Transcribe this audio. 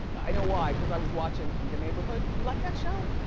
i know why cause i was watching, the neighborhood. you like that show?